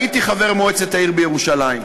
הייתי חבר מועצת העיר ירושלים.